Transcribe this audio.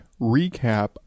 recap